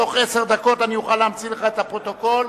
בתוך עשר דקות אוכל להמציא לך את הפרוטוקול,